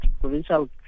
provincial